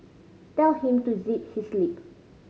tell him to zip his lip